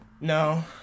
No